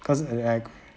cause at the at